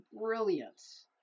brilliance